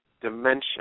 dimension